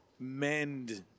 mend